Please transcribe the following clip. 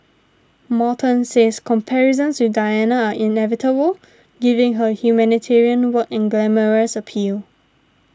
Morton says comparisons with Diana are inevitable given her humanitarian work and glamorous appeal